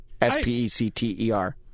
S-P-E-C-T-E-R